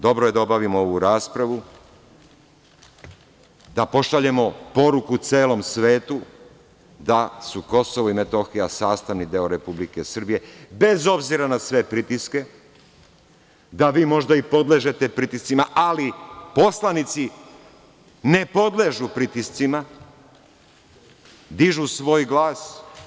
Dobro je da obavimo ovu raspravu, da pošaljemo poruku celom svetu da su Kosovo i Metohija sastavni deo Republike Srbije, bez obzira na sve pritiske, da vi možda i podležete pritiscima, ali poslanici ne podležu pritiscima, dižu svoj glas.